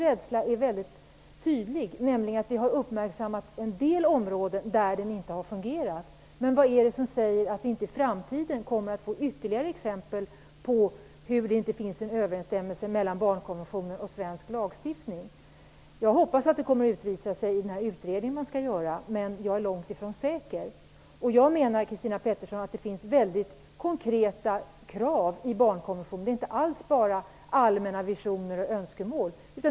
Jag är rädd att vi har uppmärksammat en del områden där den inte har fungerat, men vad är det som säger att vi inte i framtiden kommer att få se ytterligare exempel på att det inte finns någon överensstämmelser mellan barnkonventionen och svensk lagstiftning? Jag hoppas att de fallen kommer att framgå av den utredning man skall göra, men jag är långt ifrån säker. Jag menar att det finns väldigt konkreta krav i barnkonventionen. Det är inte alls bara allmänna visioner och önskemål.